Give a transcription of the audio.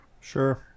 Sure